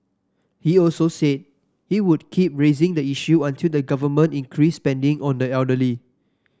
he also said he would keep raising the issue until the Government increased spending on the elderly